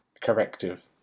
corrective